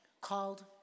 called